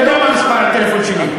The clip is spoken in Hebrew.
אתה יודע מה מספר הטלפון שלי.